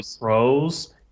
pros